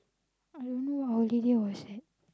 I don't know what holiday as that